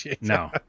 No